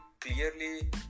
clearly